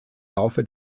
laufe